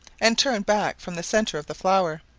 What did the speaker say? and turn back from the centre of the flower,